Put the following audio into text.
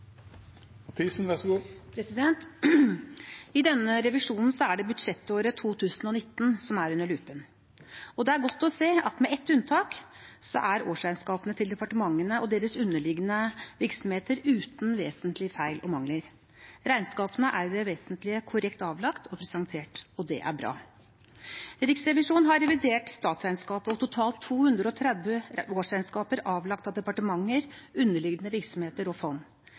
det budsjettåret 2019 som er under lupen. Det er godt å se at med ett unntak er årsregnskapene til departementene og deres underliggende virksomheter uten vesentlige feil og mangler. Regnskapene er i det vesentlige korrekt avlagt og presentert, og det er bra. Riksrevisjonen har revidert statsregnskapet og totalt 230 årsregnskaper avlagt av departementer, underliggende virksomheter og fond.